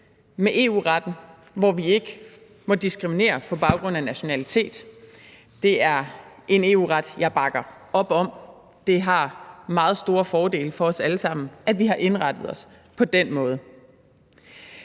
med EU-retten, hvor vi ikke må diskriminere på baggrund af nationalitet. Det er en EU-ret, jeg bakker op om. Det har meget store fordele for os alle sammen, at vi har indrettet os på den måde.